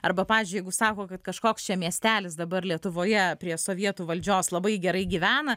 arba pavyzdžiui jeigu sako kad kažkoks čia miestelis dabar lietuvoje prie sovietų valdžios labai gerai gyvena